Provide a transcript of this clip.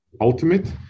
ultimate